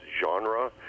genre